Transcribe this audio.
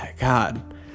God